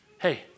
Hey